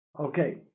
Okay